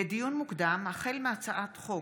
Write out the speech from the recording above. לדיון מוקדם, החל בהצעת חוק